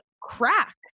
crack